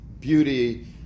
beauty